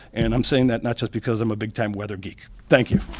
and i'm saying that not just because i'm a big-time weather geek. thank you.